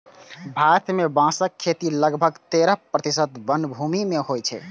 भारत मे बांसक खेती लगभग तेरह प्रतिशत वनभूमि मे होइ छै